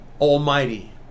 Almighty